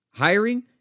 hiring